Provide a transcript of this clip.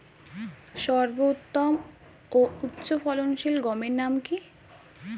সর্বোত্তম ও উচ্চ ফলনশীল গমের নাম কি?